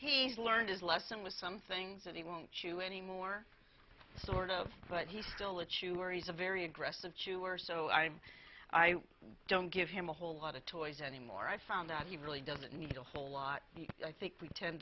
he's learned his lesson with some things that he won't shoe anymore sort of but he's still a chewer he's a very aggressive chewer so i'm i don't give him a whole lot of toys anymore i found that he really doesn't need a whole lot i think we tend